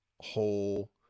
whole